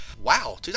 wow